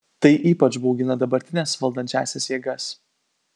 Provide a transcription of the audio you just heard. tai ypač baugina dabartines valdančiąsias jėgas